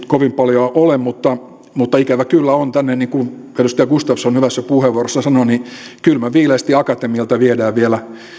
kovin paljoa ole mutta mutta ikävä kyllä täällä niin kuin edustaja gustafsson hyvässä puheenvuorossaan sanoi kylmän viileästi akatemialta viedään vielä